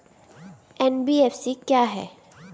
NBFC क्या है?